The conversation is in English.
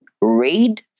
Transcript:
read